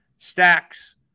Stacks